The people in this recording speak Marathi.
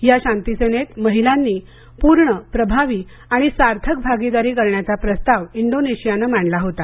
या शान्तिसेनेत महिलांनी पूर्ण प्रभावी आणि सार्थक भागीदारी करण्याचा प्रस्ताव इंडोनेशियाने मांडला होता